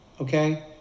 Okay